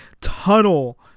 tunnel